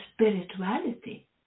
spirituality